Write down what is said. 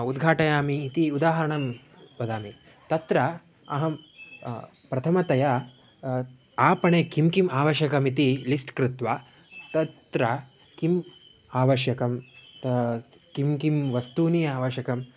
उद्घाटयामि इति उदाहरणं वदामि तत्र अहं प्रथमतया आपणे किं किम् आवश्यकमिति लिस्ट् कृत्वा तत्र किम् आवश्यकं कानि कानि वस्तूनि आवश्यकानि